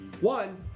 one